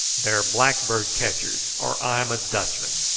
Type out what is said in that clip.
they're blackbird catchers, or i'm a dutchman.